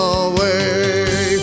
away